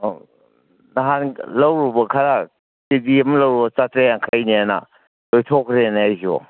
ꯑꯧ ꯅꯍꯥꯟ ꯂꯧꯔꯨꯕ ꯈꯔ ꯀꯦ ꯖꯤ ꯑꯃ ꯂꯧꯕ ꯆꯥꯇ꯭ꯔꯦꯠ ꯌꯥꯡꯈꯩꯅꯦꯅ ꯂꯣꯏꯊꯣꯛꯈ꯭ꯔꯦꯅꯦ ꯑꯩꯁꯨ